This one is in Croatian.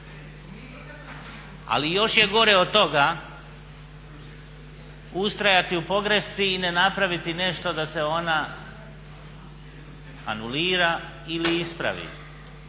ali još je gore od toga ustrajati u pogrešci i ne napraviti nešto da se ona anulira ili ispravi.